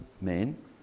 men